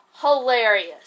hilarious